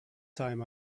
time